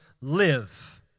live